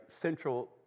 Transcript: Central